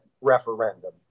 referendum